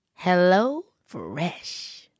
HelloFresh